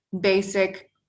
basic